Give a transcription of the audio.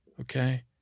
okay